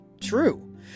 true